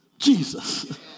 Jesus